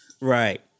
Right